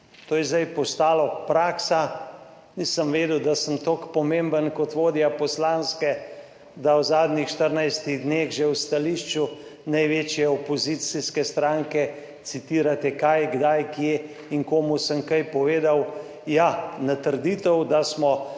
to je zdaj postalo praksa. Nisem vedel, da sem tako pomemben kot vodja poslanske, da v zadnjih 14-ih dneh že v stališču največje opozicijske stranke citirate kaj, kdaj, kje in komu sem kaj povedal. Ja, na trditev, da smo